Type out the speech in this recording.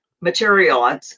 material